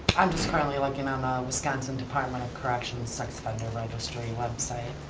i'm just currently looking on the wisconsin department of corrections sex offender registry website.